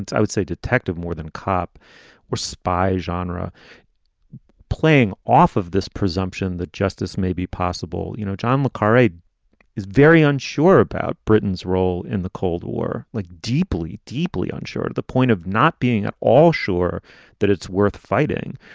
i would say detective more than cop were spies genre playing off of this presumption that justice may be possible? you know, john le carre is very unsure about britain's role in the cold war. look like deeply, deeply unsure to the point of not being at all sure that it's worth fighting,